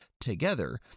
together